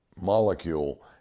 molecule